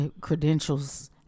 credentials